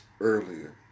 earlier